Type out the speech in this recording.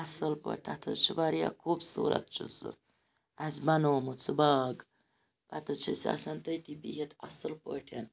اَصل پٲٹھۍ تَتھ حظ چھُ واریاہ خوٗبصوٗرَت چھُ سُہ اَسہِ بَنومُت سُہ باغ پَتہٕ حظ چھِ أسۍ آسان تٔتی بِہِتھ اَصل پٲٹھۍ